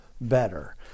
better